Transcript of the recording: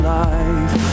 life